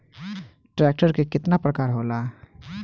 Tractor के केतना प्रकार होला?